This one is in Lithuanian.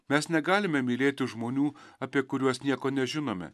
mes negalime mylėti žmonių apie kuriuos nieko nežinome